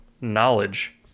Knowledge